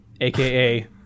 aka